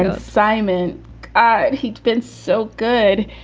assignment. ah he'd been so good.